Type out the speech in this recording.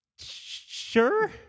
sure